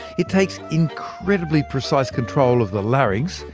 it takes incredibly precise control of the larynx,